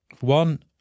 One